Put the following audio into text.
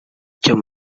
cyo